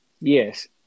Yes